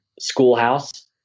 schoolhouse